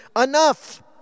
enough